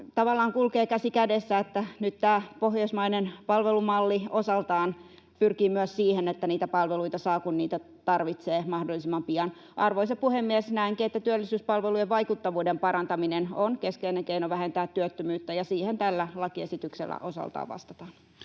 tavallaan kulkevat käsi kädessä: nyt tämä pohjoismainen palvelumalli osaltaan pyrkii myös siihen, että niitä palveluita saa, kun niitä tarvitsee, mahdollisimman pian. Arvoisa puhemies! Näenkin, että työllisyyspalvelujen vaikuttavuuden parantaminen on keskeinen keino vähentää työttömyyttä, ja siihen tällä lakiesityksellä osaltaan vastataan.